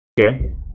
Okay